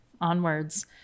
onwards